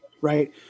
right